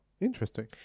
Interesting